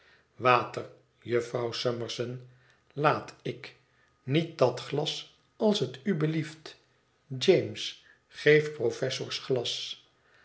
water jufvrouw summerson laat ik niet dat glas als het u belieft james geef professors glas